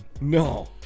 No